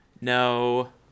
No